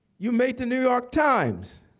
you made the new york times.